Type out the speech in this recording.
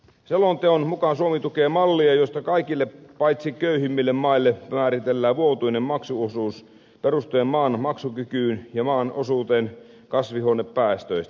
selonteon mukaan suomi tukee mallia jossa kaikille paitsi köyhimmille maille määritellään vuotuinen maksuosuus perustuen maan maksukykyyn ja maan osuuteen kasvihuonepäästöistä